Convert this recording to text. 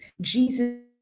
Jesus